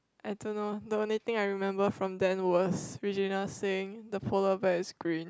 I don't know the only thing I remember from Dan was the Regina said the polar bear is green